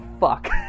fuck